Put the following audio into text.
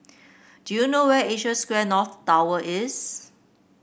do you know where Asia Square North Tower is